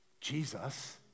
Jesus